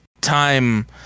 time